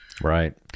Right